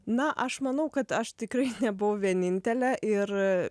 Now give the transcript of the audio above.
na aš manau kad aš tikrai nebuvau vienintelė ir